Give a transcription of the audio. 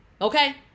Okay